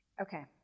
okay